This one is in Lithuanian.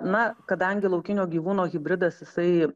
na kadangi laukinio gyvūno hibridas jisai